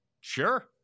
Sure